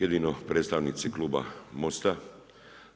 Jedino predstavnici kluba MOST-a.